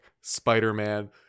Spider-Man